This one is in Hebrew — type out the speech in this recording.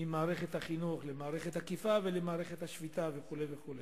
ממערכת החינוך למערכת האכיפה ולמערכת השפיטה וכו' וכו'.